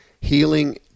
healing